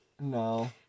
No